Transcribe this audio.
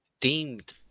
deemed